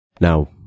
Now